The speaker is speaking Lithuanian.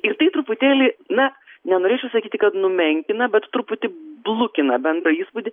ir tai truputėlį na nenorėčiau sakyti kad numenkina bet truputį blukina bendrą įspūdį